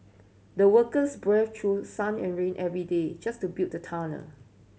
the workers brave through sun and rain every day just to build the tunnel